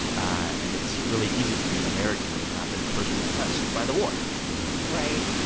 and it's really easy to be an american that has not been personally touched by the war right.